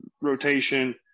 rotation